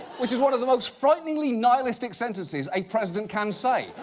which is one of the most frighteningly nihilistic sentences a president can say.